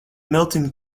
milton